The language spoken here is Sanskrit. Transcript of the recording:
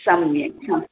सम्यक् सम्यक्